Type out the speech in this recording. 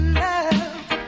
love